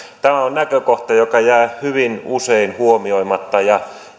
tämä on näkökohta joka jää hyvin usein huomioimatta ja